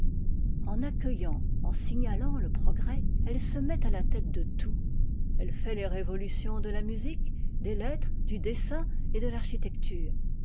en accueillant en signalant le progrès elle se met à la tête de tout elle fait les révolutions de la musique des lettres du dessin et de l'architecture